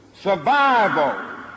Survival